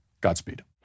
Godspeed